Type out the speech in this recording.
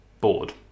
bored